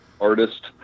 artist